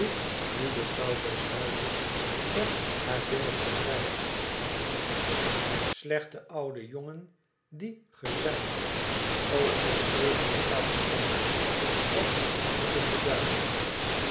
nu de vrouw des huizes met haar vingerde dreigend slechte oude jongen die gezijt o ondeugend stout schepsel wat moet het beduiden